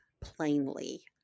plainly